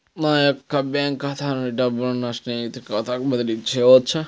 నా యొక్క బ్యాంకు ఖాతా నుండి డబ్బులను నా స్నేహితుని ఖాతాకు బదిలీ చేయవచ్చా?